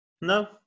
No